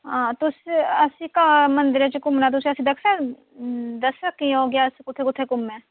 आं तुस असें इक मंदरे च घूमना तुस असें दसै दस्सी सकी ओ कि अस कुत्थै कुत्थै घूमै